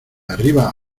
arriba